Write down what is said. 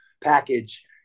package